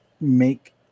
make